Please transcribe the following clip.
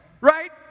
right